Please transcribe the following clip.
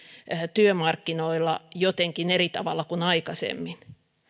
työmarkkinoilla jotenkin eri tavalla kuin aikaisemmin